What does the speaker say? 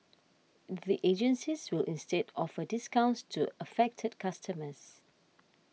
the agencies will instead offer discounts to affected customers